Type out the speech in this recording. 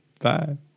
Bye